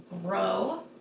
grow